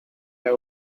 have